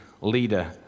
leader